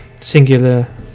singular